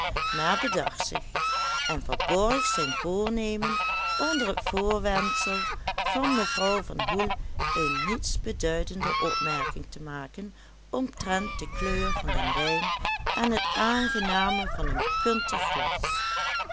maar bedacht zich en verborg zijn voornemen onder het voorwendsel van mevrouw van hoel een nietsbeduidende opmerking te maken omtrent de kleur van den wijn en het aangename van een puntig glas